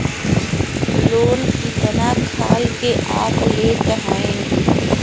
Loan कितना खाल के आप लेत हईन?